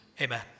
Amen